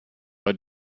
bei